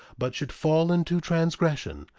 but should fall into transgression,